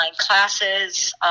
classes